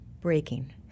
breaking